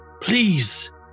Please